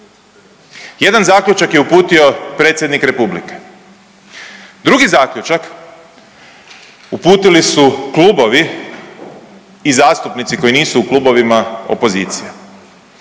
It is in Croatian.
Jedan zaključak je uputio predsjednik Republike, drugi zaključak uputili su klubovi i zastupnici koji nisu u klubovima opozicije,